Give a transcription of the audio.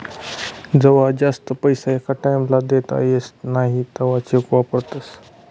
जवा जास्त पैसा एका टाईम ला देता येस नई तवा चेक वापरतस